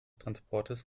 transportes